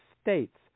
States